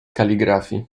kaligrafii